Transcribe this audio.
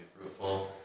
fruitful